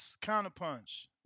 counterpunch